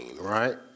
right